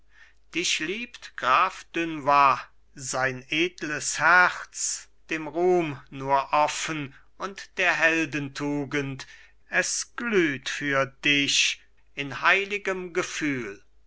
dich liebt graf dunois sein edles herz dem ruhm nur offen und der heldentugend es glüht für dich in heiligem gefühl